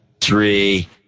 three